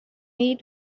need